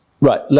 Right